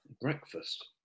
Breakfast